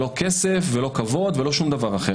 כבוד או משהו אחר.